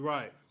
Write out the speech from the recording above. Right